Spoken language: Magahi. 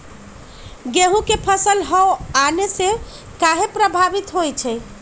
गेंहू के फसल हव आने से काहे पभवित होई छई?